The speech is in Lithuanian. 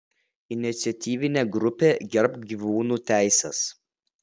iniciatyvinė grupė gerbk gyvūnų teises